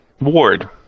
Ward